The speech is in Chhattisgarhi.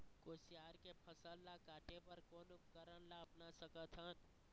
कुसियार के फसल ला काटे बर कोन उपकरण ला अपना सकथन?